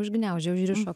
užgniaužė užrišo